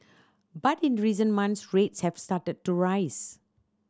but in recent months rates have started to rise